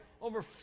over